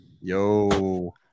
Yo